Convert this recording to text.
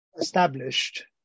established